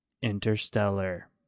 interstellar